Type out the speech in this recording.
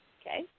Okay